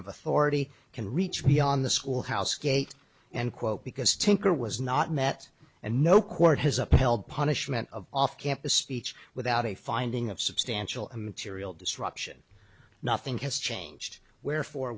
of authority can reach beyond the schoolhouse gate and quote because tinker was not met and no court has upheld punishment of off campus speech without a finding of substantial a material disruption nothing has changed wherefor